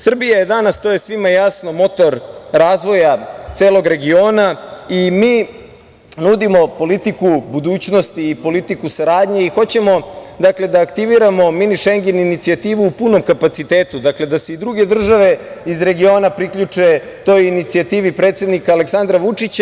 Srbija je danas, to je svima jasno, motor razvoja celog regiona i mi nudimo politiku budućnosti i politiku saradnje i hoćemo da aktiviramo Mini Šengen inicijativu u punom kapacitetu, dakle da se i druge države iz regiona priključe toj inicijativi predsednika Aleksandra Vučića.